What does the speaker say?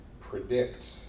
predict